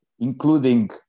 Including